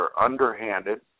underhanded